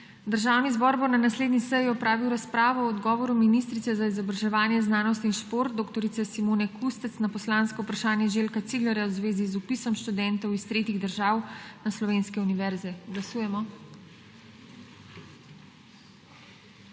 Državni zbor bo na naslednji seji opravil razpravo o odgovoru ministrice za izobraževanje, znanost in šport dr. Simone Kustec na poslansko vprašanje Željka Ciglerja v zvezi z vpisom študentov iz tretjih držav na slovenske univerze. Glasujemo.